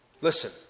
Listen